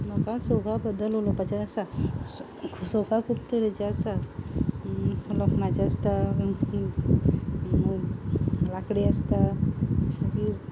म्हाका सोफा बद्दल उलोवपाचें आसा सोफा खूब तरेचे आसा लोखणाचे आसता लांकडी आसता मागीर